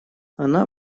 она